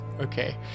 okay